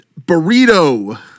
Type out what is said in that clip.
Burrito